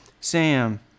Sam